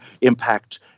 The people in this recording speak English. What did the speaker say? impact